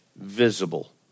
visible